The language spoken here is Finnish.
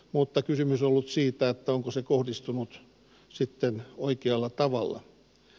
mutta kysymys ollut siitä että onko se kohdistunut sitten oikealla tavalla